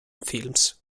films